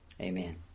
Amen